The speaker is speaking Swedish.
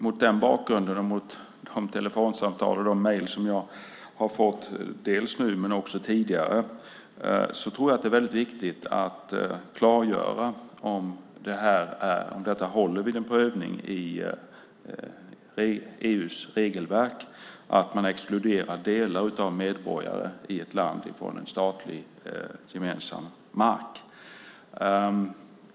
Mot den bakgrunden, och mot bakgrund av telefonsamtal och mejl som jag har fått både nu och tidigare, tror jag att det är viktigt att klargöra om detta håller vid en prövning mot EU:s regelverk - att man exkluderar delar av medborgarna i ett land från statlig, gemensam mark.